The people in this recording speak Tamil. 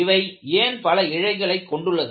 இவை ஏன் பல இழைகளைக் கொண்டுள்ளது